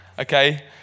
Okay